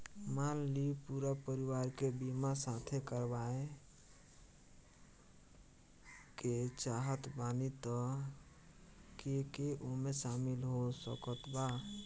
मान ली पूरा परिवार के बीमाँ साथे करवाए के चाहत बानी त के के ओमे शामिल हो सकत बा?